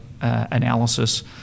analysis